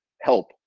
help